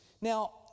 Now